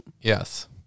yes